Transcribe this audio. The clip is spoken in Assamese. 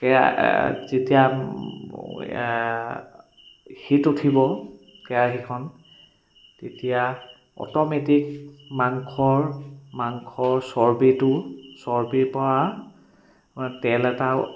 যেতিয়া হিট উঠিব কেৰাহিখন তেতিয়া অট'মেটিক মাংসৰ মাংসৰ চৰ্বিটো চৰ্বিৰপৰা মানে তেল এটাও